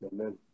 Amen